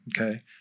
okay